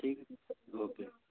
ठीक ओके